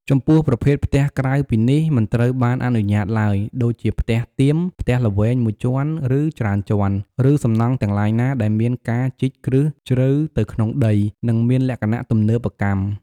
ចំពោះប្រភេទផ្ទះក្រៅពីនេះ មិនត្រូវបានអនុញ្ញាតឡើយ ដូចជាផ្ទះតៀម ផ្ទះល្វែងមួយជាន់ ឬច្រើនជាន់ ឬសំណង់ទាំងឡាយណាដែលមានការជីកគ្រឹះជ្រៅទៅក្នុងដី និងមានលក្ខណៈទំនើបកម្ម។